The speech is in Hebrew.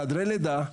חדרי לידה,